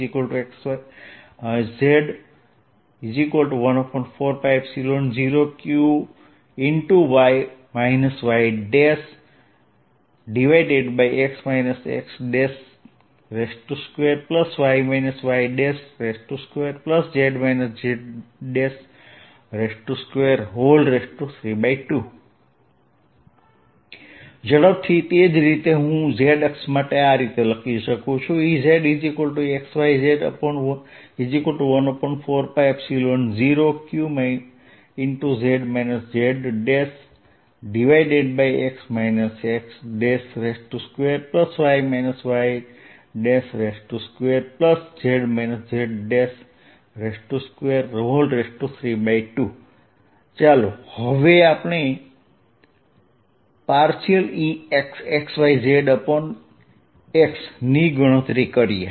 Eyxyz14π0q y yx x2y y2z z232 ઝડપથી તે જ રીતે હું z ઘટક માટે આ રીતે લખી શકુ Ezxyz14π0q z zx x2y y2z z232 ચાલો હવે Ex xyz∂xની ગણતરી કરીએ